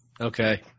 Okay